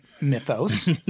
mythos